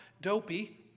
dopey